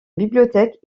bibliothèque